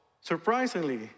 surprisingly